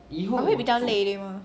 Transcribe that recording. but 会比较累对吗